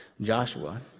Joshua